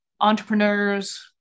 entrepreneurs